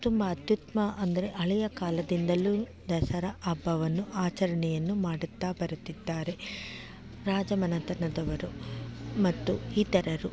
ತುಂಬ ಅತ್ಯುತ್ತಮ ಅಂದರೆ ಹಳೆಯ ಕಾಲದಿಂದಲೂ ದಸರಾ ಹಬ್ಬವನ್ನು ಆಚರಣೆಯನ್ನು ಮಾಡುತ್ತಾ ಬರುತ್ತಿದ್ದಾರೆ ರಾಜ ಮನೆತನದವರು ಮತ್ತು ಇತರರು